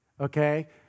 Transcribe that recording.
Okay